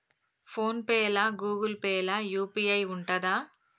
Phone pay లా Google Pay లా UPI ఉంటదా?